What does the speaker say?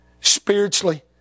spiritually